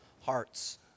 hearts